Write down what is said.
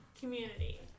Community